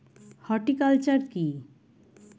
Horticulture কি?